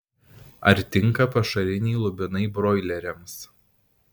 ar tinka pašariniai lubinai broileriams